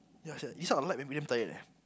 ya sia this type of light make me damn tired eh